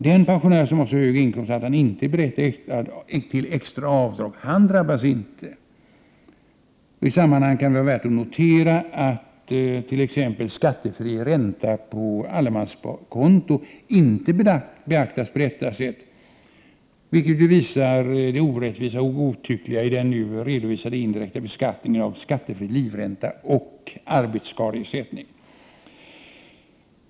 Den pensionär som har så hög inkomst att han inte är berättigad till extra avdrag drabbas ju inte. I sammanhanget kan det vara värt att notera att t.ex. skattefri ränta på allemanssparkonto inte beaktas på detta sätt, vilket visar det orättvisa och godtyckliga i den nu redovisade indirekta beskattningen av skattefri livränta och arbetsskadeersättning.